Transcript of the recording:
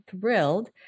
thrilled